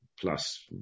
plus